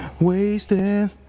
Wasting